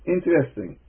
Interesting